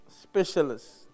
Specialists